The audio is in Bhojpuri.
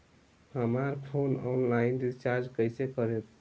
हमार फोन ऑनलाइन रीचार्ज कईसे करेम?